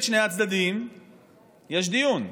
לביטול מכסות של עובדים זרים לחקלאות,